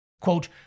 Quote